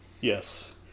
Yes